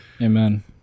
Amen